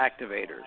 activators